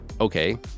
Okay